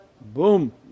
boom